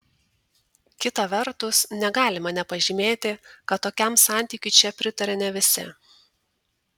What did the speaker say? kita vertus negalima nepažymėti kad tokiam santykiui čia pritaria ne visi